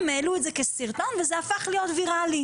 הם העלו את זה כסרטון וזה הפך להיות ויראלי.